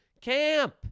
Camp